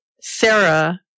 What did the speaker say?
Sarah